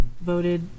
voted